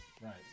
right